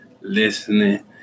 listening